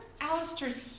Alistair's